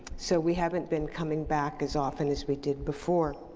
so we haven't been coming back as often as we did before.